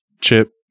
chip